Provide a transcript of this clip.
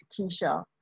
Keisha